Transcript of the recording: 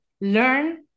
learn